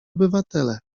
obywatele